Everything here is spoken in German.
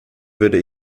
würde